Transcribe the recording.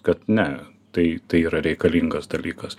kad ne tai tai yra reikalingas dalykas